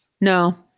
No